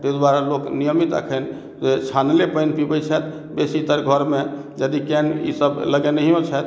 ताहि दुआरे लोक नियमित अखन जे छानले पानि पीबै छथि बेसीतर घर मे जदि केंट इसब लगेनहियो छथि